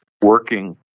working